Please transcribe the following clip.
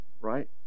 Right